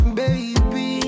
baby